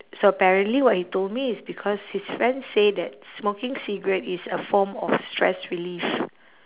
so apparently what he told me is because his friend say that smoking cigarette is a form of stress relief